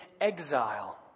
exile